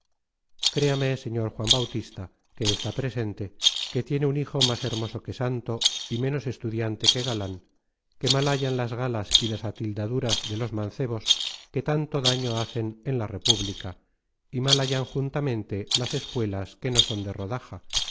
créame señor juan bautista que está presente que tiene un hijo más hermoso que santo y ménos estudiante que galan que mal hayan las galas y las atildaduras de los mancebos que tanto daño hacen en la república y mal hayan juntamente las espuelas que no son de rodaja